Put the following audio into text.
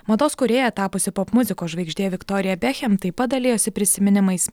mados kūrėja tapusi popmuzikos žvaigždė viktorija bekchem taip pat dalijosi prisiminimais